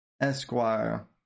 Esquire